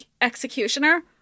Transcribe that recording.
executioner